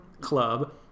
club